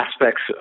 aspects